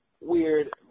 weird